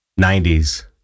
90s